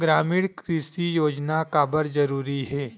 ग्रामीण कृषि योजना काबर जरूरी हे?